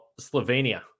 Slovenia